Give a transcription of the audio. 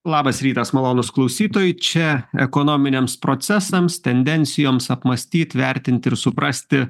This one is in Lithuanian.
labas rytas malonūs klausytojai čia ekonominiams procesams tendencijoms apmąstyt vertint ir suprasti